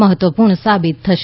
મહત્વપૂર્ણ સાબીત થશે